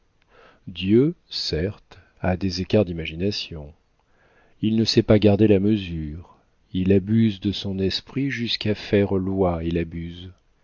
dieu certe a des écarts d'imagination il ne sait pas garder la mesure il abuse de son esprit jusqu'à faire l'oie et la buse